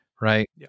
right